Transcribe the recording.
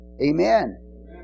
Amen